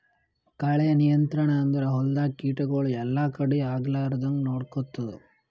ಕಳೆ ನಿಯಂತ್ರಣ ಅಂದುರ್ ಹೊಲ್ದಾಗ ಕೀಟಗೊಳ್ ಎಲ್ಲಾ ಕಡಿ ಆಗ್ಲಾರ್ದಂಗ್ ನೊಡ್ಕೊತ್ತುದ್